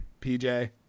PJ